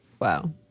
Wow